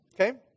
okay